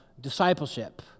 discipleship